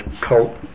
cult